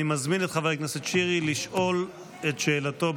אני מזמין את חבר הכנסת שירי לשאול את שאלתו,